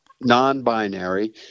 Non-binary